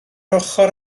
ochr